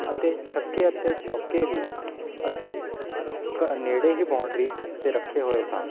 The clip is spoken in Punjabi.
ਅਤੇ ਛੱਕੇ ਅਤੇ ਚੌਕੇ ਵੀ ਅਸੀਂ ਘ ਨੇੜੇ ਹੀ ਬਾਊਂਡਰੀ 'ਤੇ ਰੱਖੇ ਹੋਏ ਸਨ